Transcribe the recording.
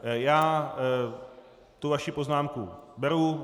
Já tu vaši poznámku beru.